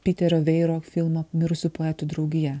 piterio veiro filmą mirusių poetų draugija